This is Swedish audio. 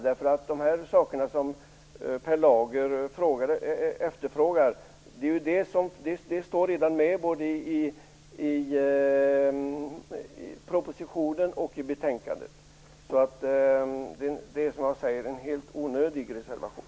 De saker som Per Lager efterfrågar står redan med både i propositionen och i betänkandet. Det är som jag säger en helt onödig reservation.